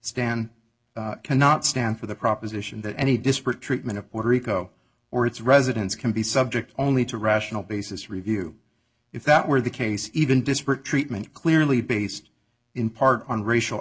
stan cannot stand for the proposition that any disparate treatment of puerto rico or its residents can be subject only to rational basis review if that were the case even disparate treatment clearly based in part on racial